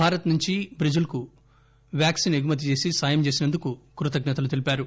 భారత్ నుంచి బ్రెజిల్కు వ్యాక్సిన్ ఎగుమతి చేసి సాయం చేసినందుకు కృతజ్ఞతలు తెలిపారు